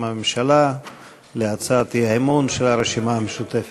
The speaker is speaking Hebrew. הממשלה על הצעת האי-אמון של הרשימה המשותפת.